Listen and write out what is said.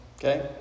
Okay